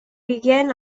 began